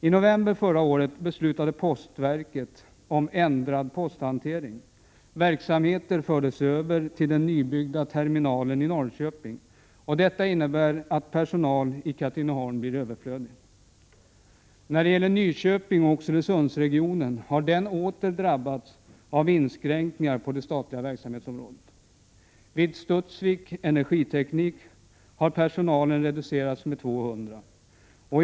I november förra året beslutade postverket om ändrad posthantering. Verksamhet fördes över till den nybyggda terminalen i Norrköping. Detta innebar att personal i Katrineholm blev överflödig. Nyköpingsoch Oxelösundsregionen har åter drabbats av inskränkningar på det statliga verksamhetsområdet. Vid Studsvik Energiteknik har personalen reducerats med 200 personer.